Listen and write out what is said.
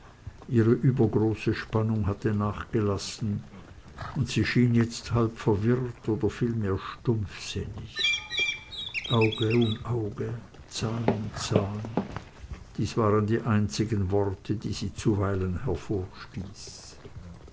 ihre übergroße spannung hatte nachgelassen und sie schien jetzt halb verwirrt oder vielmehr stumpfsinnig aug um auge zahn um zahn dies waren die einzigen worte die sie zuweilen